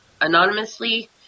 anonymously